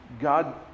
God